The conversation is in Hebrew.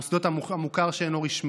מהמוסדות של המוכר שאינו רשמי,